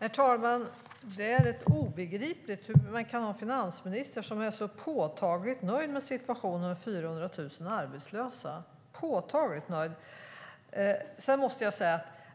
Herr talman! Det är obegripligt hur finansministern kan vara så påtagligt nöjd med situationen när det finns 400 000 arbetslösa.